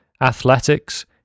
Athletics